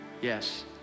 Yes